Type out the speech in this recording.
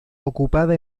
ocupada